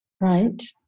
right